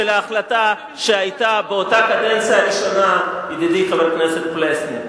אולי הוא גם היה רמטכ"ל במלחמת העצמאות.